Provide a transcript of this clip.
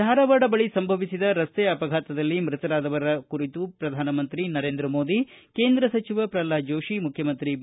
ಧಾರವಾಡ ಬಳಿ ಸಂಭವಿಸಿದ ರಸ್ತೆ ಅಪಘಾತದಲ್ಲಿ ಮೃತರಾದವರ ಬಗ್ಗೆ ಪ್ರಧಾನ ಮಂತ್ರಿ ನರೇಂದ್ರ ಮೋದಿ ಕೇಂದ್ರ ಸಚಿವ ಪ್ರಲ್ವಾದ ಜೋತಿ ಮುಖ್ಯಮಂತ್ರಿ ಬಿ